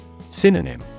Synonym